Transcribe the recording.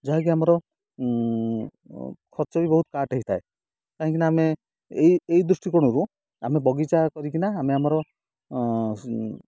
ଯାହାକି ଆମର ଖର୍ଚ୍ଚ ବି ବହୁତ କାଟ ହେଇଥାଏ କାହିଁକିନା ଆମେ ଏଇ ଏଇ ଦୃଷ୍ଟିକୋଣରୁ ଆମେ ବଗିଚା କରିକିନା ଆମେ ଆମର